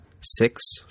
six